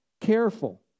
Careful